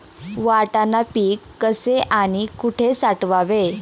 वाटाणा पीक कसे आणि कुठे साठवावे?